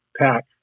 pack